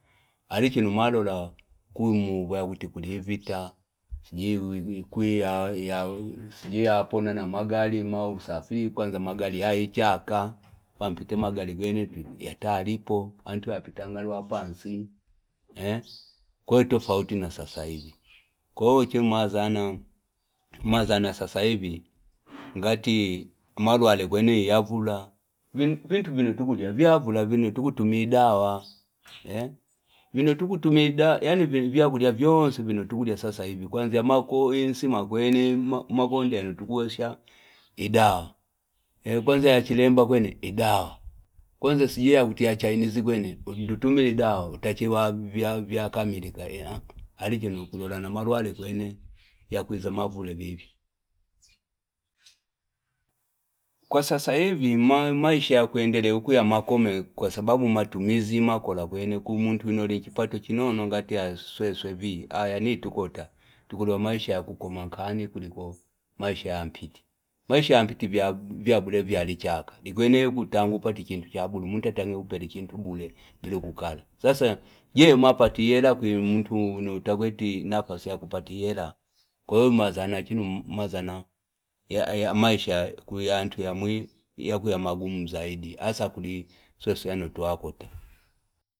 Alichi numalola kuimu wa utikudivita. Sijiya- ya pona na magali mausafi. Kwanza magali haichaka. Pampite magali kwenye yata haripo. Antua pitangalwa pansi. Koi tofauti na sasaivi. Koi uche maza na sasaivi ngati malo alegwene yavula. Vintu viniutukudia vyavula viniutukutumia idawa. Viniutukutumia idawa. Viniutukudia vyonsi viniutukudia sasaivi. Kwanza mako, insi, mako kwenye. Makonde viniutukusha idawa. Kwanza achilemba kwenye idawa. Kwanza sijia utiachainizi kwenye ututumia idawa. Utachewa vyavula kamilika. Alichi numulola na marwale kwenye yakuiza mavula vini. Kwanza sasaivi maisha kuendele ukuya makome. Kwa sababu matumizi makola kwenye. Kuu mtu inorinjipato chino nungatea suwe suwe vii. Ayani tukota. Tukudwa maisha kukumakani kuliko maisha ampiti. Maisha ampiti vyavule vyali chaka. Igwenye kutangu pati chintu chabulu. Muta tangu upeli chintu mbule. Mbile ukukala. Sasa ye mapati yela kwenye mtu utagweti nakasa ya kupati yela. Kwa hui mazana chino mazana ya maisha kuya antu ya mui. Ya kuya magumu mzaidi. Asa kuli sosye nutu akota.